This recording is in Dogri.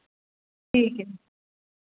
ठीक ऐ